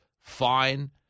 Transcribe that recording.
Fine